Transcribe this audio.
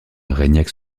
reignac